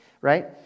right